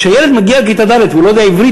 כשילד מגיע לכיתה ד' והוא לא יודע עברית,